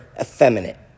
effeminate